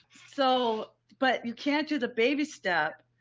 so, but you can't do the baby step